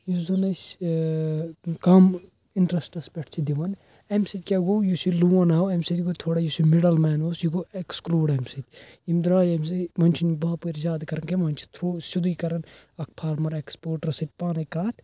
یُس زَن أسۍ کم اِنٹرٛیسٹَس پٮ۪ٹھ چھِ دِوان اَمہِ سۭتۍ کیاہ گوٚو یُس یہِ لون آو اَمہِ سۭتۍ گوٚو تھوڑا یُس یہِ مِڈل مین اوس یہِ گوٚو ایٚکسکرٛوٗڈ اَمہِ سۭتۍ یِم درٛاے اَمہِ سۭتۍ وۄنۍ چھِنہٕ باپٲرۍ زیادٕ کران کینٛہہ وۄنۍ چھِ تھروٗ سیوٚدُے کران اکھ فارمَر ایٚکسپورٹرَس سۭتۍ پانَے کتھ